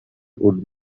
could